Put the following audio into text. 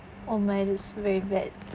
oh mine is very bad